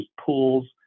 pools